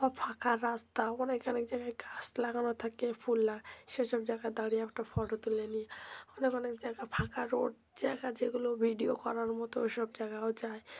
বা ফাঁকা রাস্তা অনেক অনেক জায়গায় গাছ লাগানো থাকে ফুল লাগানো সেসব জায়গায় দাঁড়িয়ে একটা ফটো তুলে নিয়ে অনেক অনেক জায়গা ফাঁকা রোড জায়গা যেগুলো ভিডিও করার মতো ওইসব জায়গাও যাই